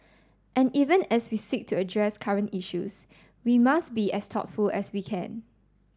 and even as we seek to address current issues we must be as thoughtful as we can